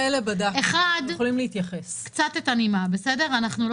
--- האלה בדקנו, אתם יכולים להתייחס.